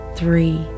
three